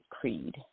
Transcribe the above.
creed